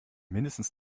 mindestens